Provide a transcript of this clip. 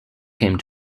came